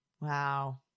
Wow